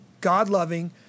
God-loving